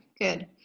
good